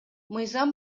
мыйзам